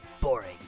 boring